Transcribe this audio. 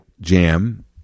jam